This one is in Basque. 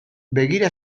begira